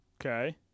Okay